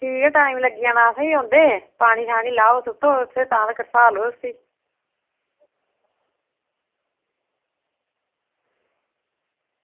ठीक ऐ टाईम लग्गी जाना असें बी औंदे पानी स 'ट्टो ते तां तगर स्हालो उसी